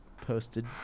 posted